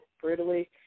brutally